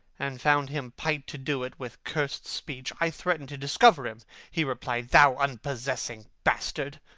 and found him pight to do it, with curst speech i threaten'd to discover him he replied, thou unpossessing bastard!